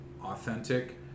authentic